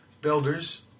Builders